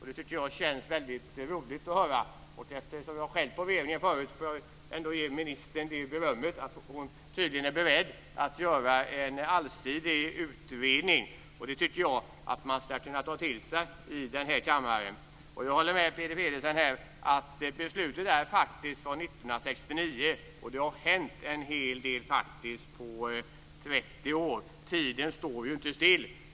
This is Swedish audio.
Det tycker jag känns väldigt roligt att höra. Eftersom jag skällt på regeringen förut får jag ändå ge ministern det berömmet att hon tydligen är beredd att göra en allsidig utredning. Det tycker jag att man ska kunna ta till sig i den här kammaren. Jag håller med Peter Pedersen: Beslutet är faktiskt från 1969, och det har hänt en hel del på 30 år. Tiden står ju inte still.